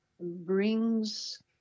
brings